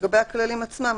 לגבי הכללים עצמם,